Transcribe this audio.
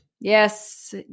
Yes